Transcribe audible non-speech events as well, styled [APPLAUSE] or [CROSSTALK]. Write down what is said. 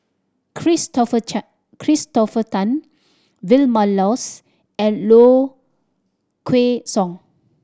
Christopher [UNINTELLIGIBLE] Christopher Tan Vilma Laus and Low Kway Song